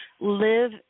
live